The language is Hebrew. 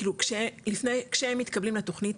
כאילו כשהם מתקבלים לתוכנית,